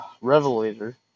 revelator